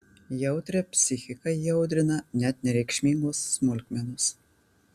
jautrią psichiką įaudrina net nereikšmingos smulkmenos